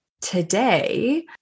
today